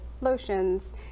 lotions